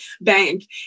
bank